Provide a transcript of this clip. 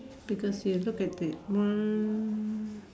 because you look at the one